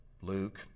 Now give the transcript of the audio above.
Luke